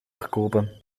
verkopen